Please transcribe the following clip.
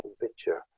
picture